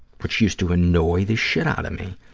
which used to annoy the shit out of me,